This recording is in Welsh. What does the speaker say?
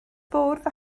bwrdd